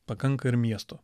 pakanka ir miesto